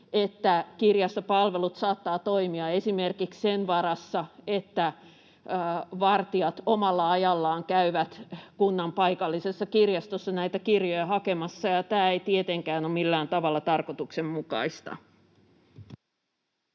että kirjastopalvelut saattavat toimia esimerkiksi sen varassa, että vartijat omalla ajallaan käyvät kunnan paikallisessa kirjastossa näitä kirjoja hakemassa, ja tämä ei tietenkään ole millään tavalla tarkoituksenmukaista.